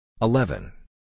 Eleven